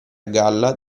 galla